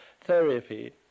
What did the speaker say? therapy